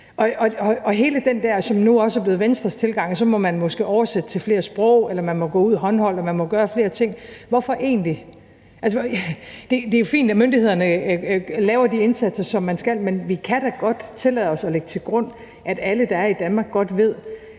til hele den tilgang, der nu også er blevet Venstres tilgang, med, at så må man oversætte det til flere sprog, at man må gå ud med en håndholdt indsats, at man må gøre flere ting: Hvorfor egentlig det? Det er fint, at myndighederne laver de indsatser, som de skal, men vi kan da godt tillade os at lægge til grund, at alle, der er i Danmark, godt ved,